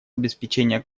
обеспечения